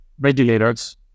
regulators